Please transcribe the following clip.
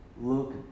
look